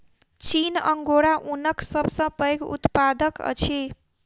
चीन अंगोरा ऊनक सब सॅ पैघ उत्पादक अछि